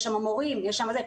יש שם מורים וכן הלאה.